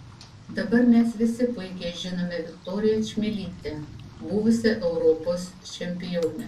dabar mes visi puikiai žinome viktoriją čmilytę buvusią europos čempionę